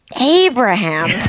Abraham